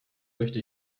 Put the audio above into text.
möchte